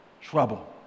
trouble